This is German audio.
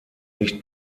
nicht